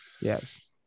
Yes